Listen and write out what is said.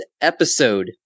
episode